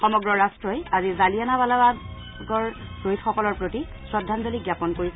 সমগ্ৰ ৰাট্টই আজি জালিয়ানৱালাবাগৰ খ্হীদসকলৰ প্ৰতি শ্ৰদ্ধাঞ্জলি জ্ঞাপন কৰিছে